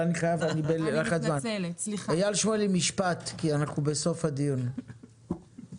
אני רוצה לתת הצעה אחת של מישהו שבנה חברה גדולה מאוד בעברו